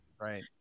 right